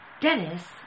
Dennis